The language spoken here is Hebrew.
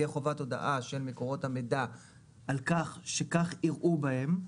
תהיה חובת הודעה של מקורות המידע על כך שכך יראו בהם,